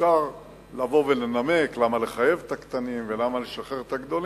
אפשר לבוא ולנמק למה לחייב את הקטנים ולמה לשחרר את הגדולים.